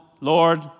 Lord